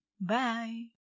Bye